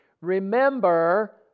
Remember